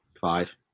five